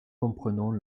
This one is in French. comprenons